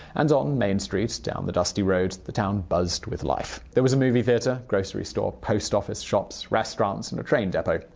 and on main street down the dusty road, the town buzzed with life. there was a movie theater, grocery store, post office, shops, restaurants, and a train depot.